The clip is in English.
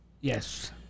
Yes